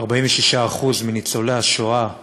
46% מניצולי השואה חוששים,